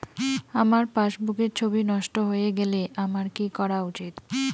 আমার পাসবুকের ছবি নষ্ট হয়ে গেলে আমার কী করা উচিৎ?